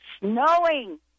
snowing